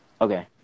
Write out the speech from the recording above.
Okay